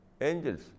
angels